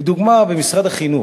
לדוגמה, במשרד החינוך,